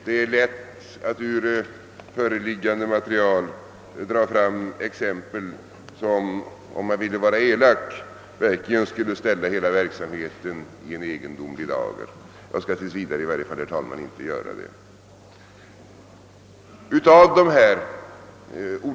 Det är lätt att ur föreliggande material dra fram exempel som, om man ville vara elak, verkligen skulle ställa hela verksamheten i en egendomlig dager, men jag skall inte göra det, i varje fall inte tills vidare.